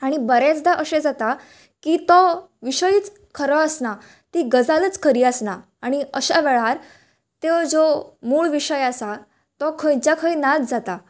आनी बरेंचदा अशें जाता की तो विशयच खरो आसना ती गजालच खरी आसना आनी अश्या वेळार त्यो ज्यो मूळ विशय आसा तो खंयच्या खंय नाच्च जाता